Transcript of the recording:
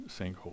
sinkhole